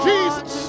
Jesus